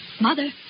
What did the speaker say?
Mother